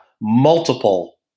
multiple